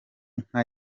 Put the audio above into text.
nka